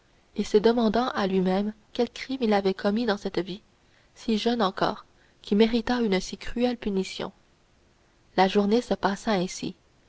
et se demandant à lui-même quel crime il avait commis dans cette vie jeune encore qui méritât une si cruelle punition la journée se passa ainsi